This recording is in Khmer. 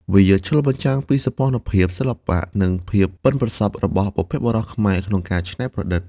វាឆ្លុះបញ្ចាំងពីសោភ័ណភាព សិល្បៈ និងភាពប៉ិនប្រសប់របស់បុព្វបុរសខ្មែរក្នុងការច្នៃប្រឌិត។